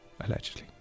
allegedly